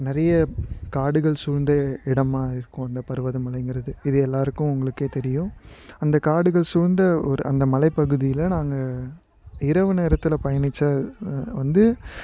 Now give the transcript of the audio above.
நிறைய காடுகள் சூழ்ந்த இடமாக இருக்கும் அந்த பருவதமலைங்கிறது இது எல்லோருக்கும் உங்களுக்கே தெரியும் அந்த காடுகள் சூழ்ந்த ஒரு அந்த மலை பகுதியில் நாங்கள் இரவு நேரத்தில் பயணித்த வந்து